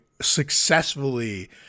successfully